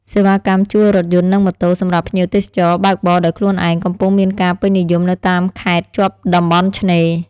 សេវាកម្មជួលរថយន្តនិងម៉ូតូសម្រាប់ភ្ញៀវទេសចរបើកបរដោយខ្លួនឯងកំពុងមានការពេញនិយមនៅតាមខេត្តជាប់តំបន់ឆ្នេរ។